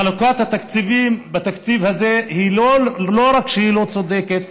חלוקת התקציבים בתקציב הזה לא רק שהיא לא צודקת,